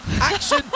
action